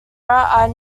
are